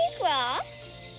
grass